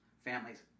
families